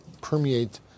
permeate